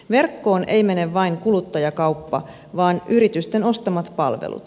verkkoon ei mene vain kuluttajakauppa vaan yritysten ostamat palvelut